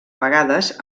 vegades